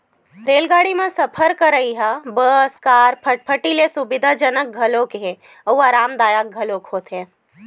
रेलगाड़ी म सफर करइ ह बस, कार, फटफटी ले सुबिधाजनक घलोक हे अउ अरामदायक घलोक होथे